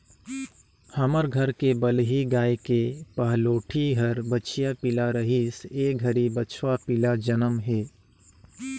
हमर घर के बलही गाय के पहलोठि हर बछिया पिला रहिस ए घरी बछवा पिला जनम हे